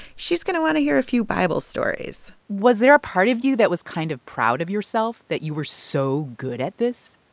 she's going to want to hear a few bible stories was there a part of you that was kind of proud of yourself that you were so good at this?